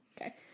Okay